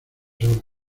horas